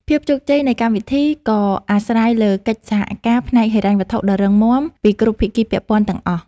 ភាពជោគជ័យនៃកម្មវិធីក៏អាស្រ័យលើកិច្ចសហការផ្នែកហិរញ្ញវត្ថុដ៏រឹងមាំពីគ្រប់ភាគីពាក់ព័ន្ធទាំងអស់។